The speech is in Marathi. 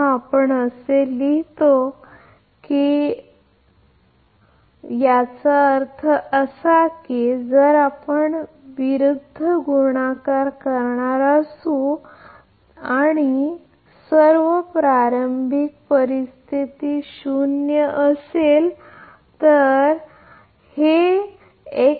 म्हणून जेव्हा आपण लिहितो याचा अर्थ असा की जर आपण विरुद्ध गुणाकार करणार असू तर सर्व प्रारंभिक परिस्थिती शून्य असल्याचे समजा